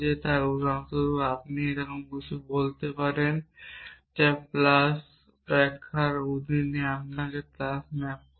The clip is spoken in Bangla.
তাই উদাহরণস্বরূপ আমি এইরকম কিছু বলতে পারি যে প্লাস ব্যাখ্যার অধীনে আমি প্লাসকে ম্যাপ করি